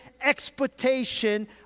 expectation